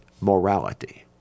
morality